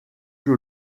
que